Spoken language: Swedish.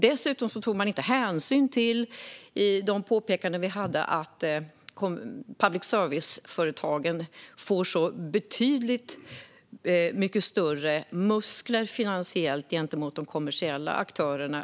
Dessutom tog man inte hänsyn till de påpekanden vi hade om att public service-företagen via skattsedeln får betydligt större finansiella muskler än de kommersiella aktörerna.